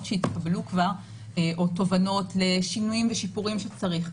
שהתקבלו כבר או תובנות לשינויים ושיפורים שצריך.